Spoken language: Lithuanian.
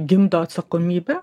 gimdo atsakomybę